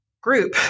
group